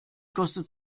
kostet